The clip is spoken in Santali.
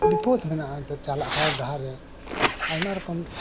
ᱵᱤᱯᱚᱫ ᱢᱮᱱᱟᱜᱼᱟ ᱮᱱᱛᱮ ᱪᱟᱞᱟᱜ ᱦᱚᱨ ᱰᱟᱦᱟᱨᱮ ᱟᱭᱢᱟ ᱨᱚᱠᱚᱢ